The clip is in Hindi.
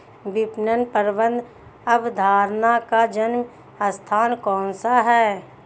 विपणन प्रबंध अवधारणा का जन्म स्थान कौन सा है?